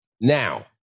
now